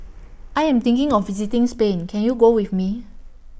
I Am thinking of visiting Spain Can YOU Go with Me